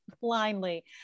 blindly